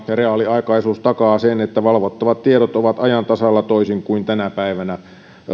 ja reaaliaikaisuus takaa sen että valvottavat tiedot ovat ajan tasalla toisin kuin tänä päivänä